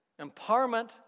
Empowerment